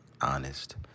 honest